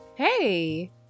Hey